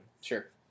Sure